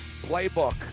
Playbook